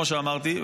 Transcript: כמו שאמרתי,